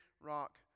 rock